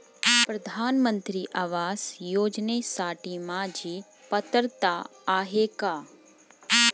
प्रधानमंत्री आवास योजनेसाठी माझी पात्रता आहे का?